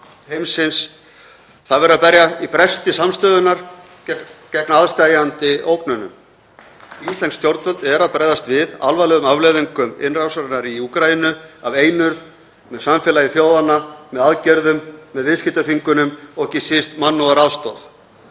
heimsins. Það verður að treysta samstöðuna gegn aðsteðjandi ógnunum. Íslensk stjórnvöld eru að bregðast við alvarlegum afleiðingum innrásarinnar í Úkraínu af einurð með samfélagi þjóðanna með aðgerðum, með viðskiptaþvingunum og ekki síst mannúðaraðstoð.